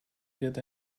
get